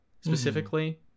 specifically